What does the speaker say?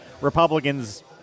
Republicans